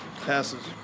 Passes